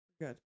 Good